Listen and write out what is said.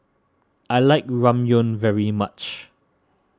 I like Ramyeon very much